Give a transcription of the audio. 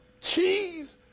cheese